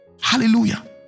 hallelujah